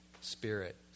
Spirit